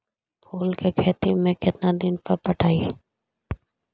फूल के खेती में केतना दिन पर पटइबै?